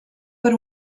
per